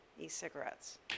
e-cigarettes